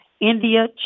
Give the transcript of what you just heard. India